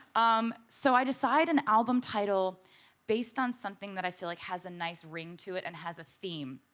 um so i decide an album title based on something that i feel like has a nice ring to it and has a theme.